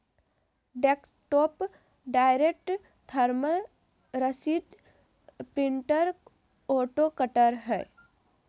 desktop direct thermal रसीद printer auto cutter हइ